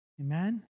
Amen